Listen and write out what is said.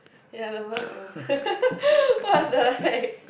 ya the mouth open what the heck